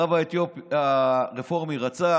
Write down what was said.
הרב הרפורמי רצה